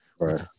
Right